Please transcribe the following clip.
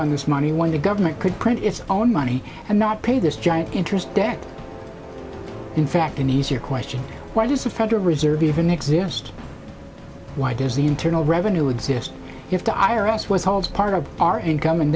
on this money when the government could print its own money and not pay this giant interest debt in fact an easier question why does a federal reserve even exist why does the internal revenue exist if the i r s was holes part of our income and